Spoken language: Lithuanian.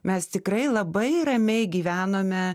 mes tikrai labai ramiai gyvenome